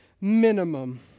minimum